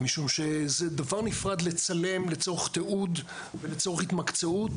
משום שזה דבר נפרד לצלם לצורך תיעוד ולצורך התמקצעות,